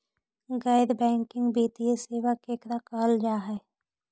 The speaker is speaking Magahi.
गैर बैंकिंग वित्तीय सेबा केकरा कहल जा है?